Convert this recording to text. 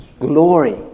glory